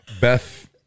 Beth